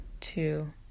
two